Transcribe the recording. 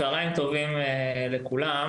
צהריים טובים לכולם.